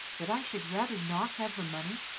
that i should rather not have the money?